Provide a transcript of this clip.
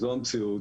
זו המציאות,